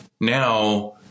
Now